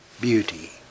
beauty